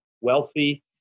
wealthy